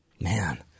Man